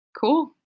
Cool